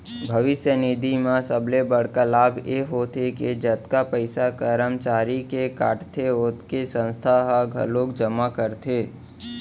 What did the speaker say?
भविस्य निधि म सबले बड़का लाभ ए होथे के जतका पइसा करमचारी के कटथे ओतके संस्था ह घलोक जमा करथे